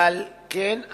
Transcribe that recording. ועל כן,